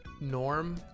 norm